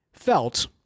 felt